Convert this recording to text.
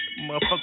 Motherfucker